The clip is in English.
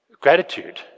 gratitude